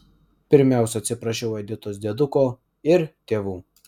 pirmiausia atsiprašiau editos dieduko ir tėvų